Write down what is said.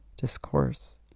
discourse